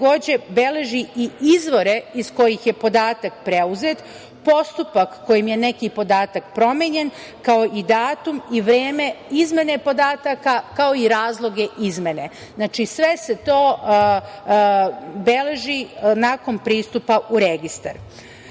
sistem beleži i izvore iz kojih je podatak preuzet, postupak kojim je neki podatak promenjen, kao i datum i vreme izmene podataka, kao i razloge izmene. Sve se to beleži nakon pristupa u registar. Što